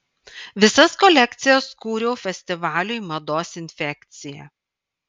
visas kolekcijas kūriau festivaliui mados infekcija